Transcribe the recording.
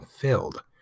filled